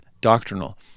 doctrinal